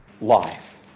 life